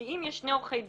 כי אם יש שני עורכי דין,